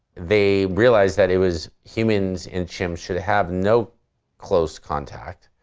they realise that it was humans and chimps should have no close contact.